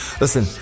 Listen